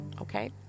okay